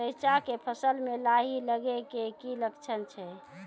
रैचा के फसल मे लाही लगे के की लक्छण छै?